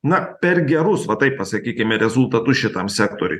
na per gerus va taip pasakykime rezultatus šitam sektoriui